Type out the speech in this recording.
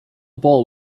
bowl